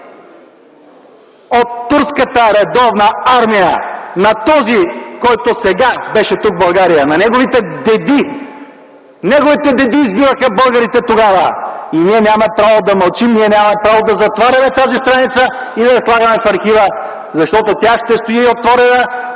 от турската редовна армия на този, който сега беше тук, в България, неговите деди избиваха българите тогава! И ние нямаме право да мълчим! Нямаме право да затваряме тази страница и да я слагаме в архива. Защото тя ще стои отворена,